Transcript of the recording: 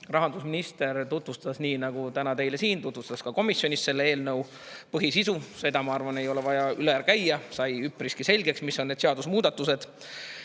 Rahandusminister tutvustas nii nagu täna teile siin ka komisjonis selle eelnõu põhisisu. Seda, ma arvan, ei ole vaja üle käia, sai üpriski selgeks, missugused on seadusmuudatused.